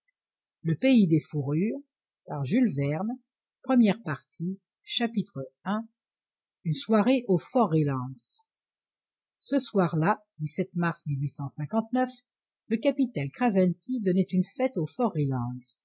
i une soirée au fort reliance ce soir-là mars le capitaine craventy donnait une fête au